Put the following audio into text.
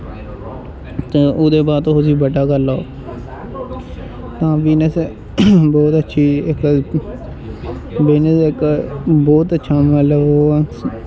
ओह्दे बाद तुस उसी बड्डा करी लैओ बिजनस बौह्त अच्छी इक्क बिजनस इक बौह्त अच्छा मतलब